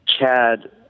Chad